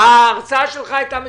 ההרצאה שלך הייתה מצוינת.